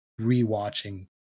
rewatching